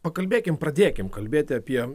pakalbėkim pradėkim kalbėti apie